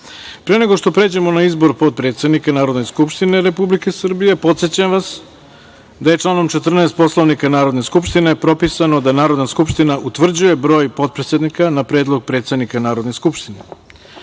nego što pređemo na izbor potpredsednika Narodne skupštine Republike Srbije, podsećam vas da je članom 14. Poslovnika Narodne skupštine propisano da Narodna skupština utvrđuje broj potpredsednika na predlog predsednika Narodne skupštine. Saglasno